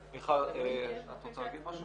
מיכל, את רוצה להגיד משהו?